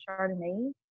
chardonnay